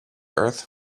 earth